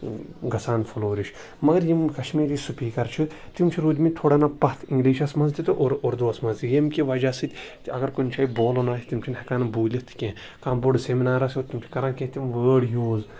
گَژھان فلورِش مَگَر یِم کَشمیری سپیٖکَر چھِ تِم چھِ روٗدمٕتۍ تھوڑا نہَ پَتھ اِنٛگلِشَس مَنٛز تہِ تہٕ اردوٗ وَس مَنٛز تہِ ییٚمہِ کہِ وَجہ سۭتۍ اَگَر کُنہِ جایہِ بولُن آسہِ تِم چھِنہٕ ہیٚکان بوٗلِتھ کینٛہہ کانٛہہ بوٚڈ سیمِنار آسہِ تِم چھِ کَران کینٛہہ تِم وٲڈ یوٗز